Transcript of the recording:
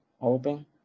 open